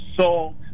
Salt